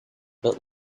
but